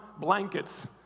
blankets